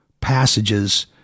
passages